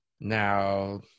Now